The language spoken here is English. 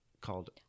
called